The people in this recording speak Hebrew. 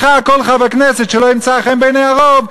מחר כל חבר כנסת שלא ימצא חן בעיני הרוב,